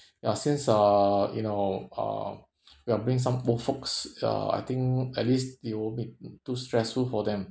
ya since uh you know uh we are bring some old folks uh I think at least it'll won't make too stressful for them